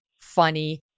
funny